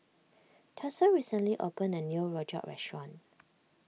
Tatsuo recently opened a new Rojak restaurant